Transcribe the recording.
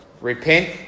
repent